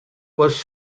was